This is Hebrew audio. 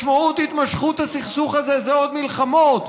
משמעות התמשכות הסכסוך הזה זה עוד מלחמות,